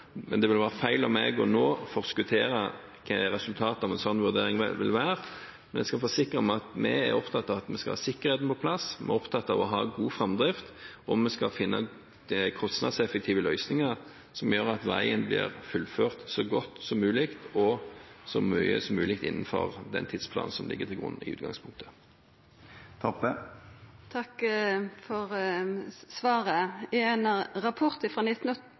Det vil være feil av meg nå å forskuttere hva resultatet av en slik vurdering vil bli, men jeg kan forsikre om at vi er opptatt av at vi skal ha sikkerheten på plass. Vi er opptatt av å ha god framdrift, og vi skal finne kostnadseffektive løsninger som gjør at veien blir fullført så godt som mulig, og at så mye som mulig er innenfor den tidsplanen som ligger til grunn i utgangspunktet. Takk for svaret. I ein rapport